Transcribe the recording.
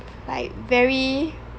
like very